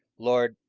lord,